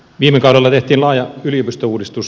viime kaudella tehtiin laaja yliopistouudistus